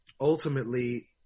ultimately